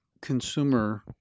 consumer